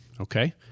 Okay